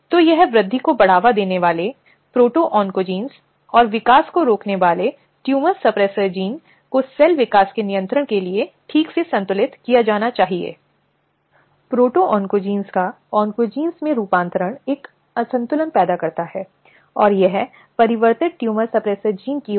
संदर्भसमय को देखें 0243 हालाँकि यौन उत्पीड़न का मुद्दा जिसे हम अभी बोल रहे हैं सबसे पहले विशाखा निर्णय या 1997 के विशाखा मामले के माध्यम से यौन उत्पीड़न की अवधारणा के रूप में कानूनी तौर से स्पष्ट रूप से कानूनी डोमेन में अपना रास्ता तय किया